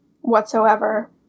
whatsoever